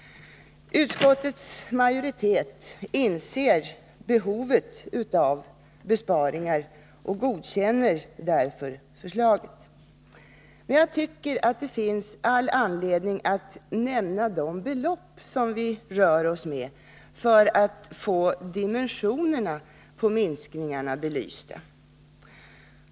Utskot 83 tets majoritet inser behovet av besparingar och godkänner därför förslaget. Jag tycker att det finns all anledning att nämna de belopp som vi här rör oss med för att få dimensionerna på minskningarna belysta.